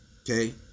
okay